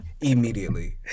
immediately